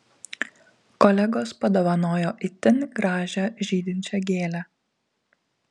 kolegos padovanojo itin gražią žydinčią gėlę